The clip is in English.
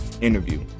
interview